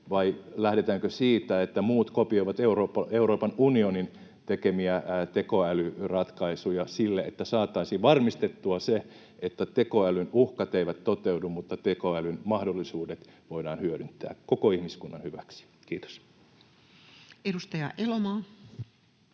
vai lähdetäänkö siitä, että muut kopioivat Euroopan unionin tekemiä tekoälyratkaisuja niin, että saataisiin varmistettua se, että tekoälyn uhkat eivät toteudu mutta tekoälyn mahdollisuudet voidaan hyödyntää koko ihmiskunnan hyväksi? — Kiitos. Edustaja Elomaa.